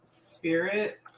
Spirit